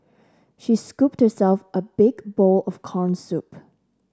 she scooped herself a big bowl of corn soup